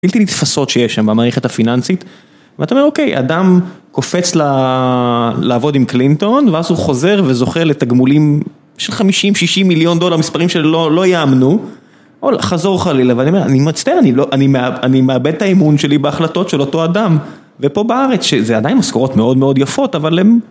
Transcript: בלתי נתפסות שיש שם במערכת הפיננסית ואתה אומר אוקיי, אדם קופץ ל..לעבוד עם קלינטון ואז הוא חוזר וזוכה לתגמולים של 50-60 מיליון דולר, מספרים שלא יאמנו, חזור חלילה, ואני אומר, אני מצטער, אני מאבד את האמון שלי בהחלטות של אותו אדם ופה בארץ, שזה עדיין משכורות מאוד מאוד יפות, אבל הם...